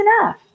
enough